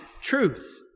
truth